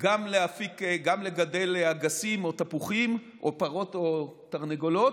גם לגדל אגסים או תפוחים או פרות או תרנגולות